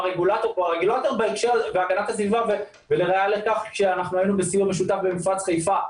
לראיה לכך, אנחנו היינו בסיוע משותף במפרץ חיפה.